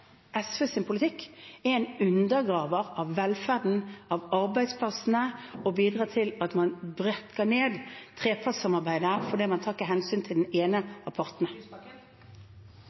politikk er en undergraver av velferden, av arbeidsplassene, og bidrar til at man brekker ned trepartssamarbeidet, fordi man ikke tar hensyn til den ene av partene. Audun Lysbakken